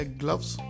gloves